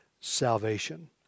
salvation